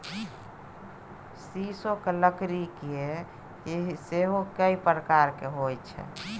सीसोक लकड़की सेहो कैक प्रकारक होए छै